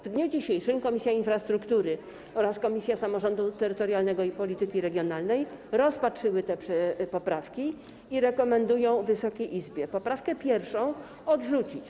W dniu dzisiejszym Komisja Infrastruktury oraz Komisja Samorządu Terytorialnego i Polityki Regionalnej rozpatrzyły te poprawki i rekomendują Wysokiej Izbie poprawkę 1. odrzucić.